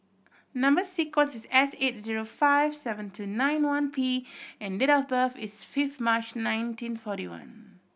number sequence is S eight zero five seven two nine one P and date of birth is fifth March nineteen forty one